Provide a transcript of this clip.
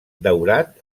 daurat